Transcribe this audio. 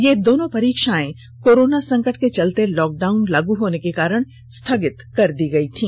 ये दोनों परीक्षाएं कोरोना संकट के चलते लॉकडाउन लागू होने के कारण स्थगित कर दी गई थी